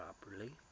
properly